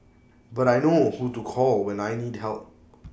but I know who to call when I need help